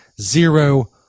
zero